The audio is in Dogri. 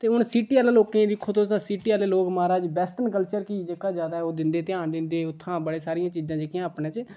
ते हून सिटी आह्ले लोकें गी दिक्खो तुस तां सिटी आह्ले लोक महाराज वेस्टर्न कल्चर गी जेह्का ज्यादा ओह् दिंदे ध्यान दिंदे उत्थों बड़ियां सरियां चीजां जेह्कियां अपने च